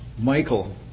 Michael